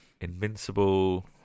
invincible